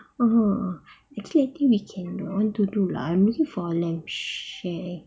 ah actually I think we can I want to do lah I'm looking for a lamb shank